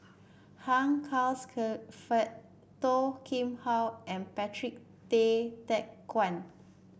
Hugh Charles Clifford Toh Kim Hwa and Patrick Tay Teck Guan